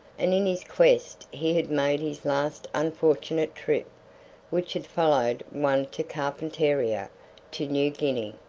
and in his quest he had made his last unfortunate trip which had followed one to carpentaria to new guinea.